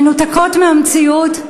מנותקות מהמציאות,